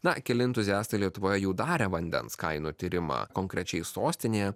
na keli entuziastai lietuvoje jau darė vandens kainų tyrimą konkrečiai sostinėje